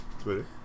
Twitter